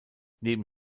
neben